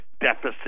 deficit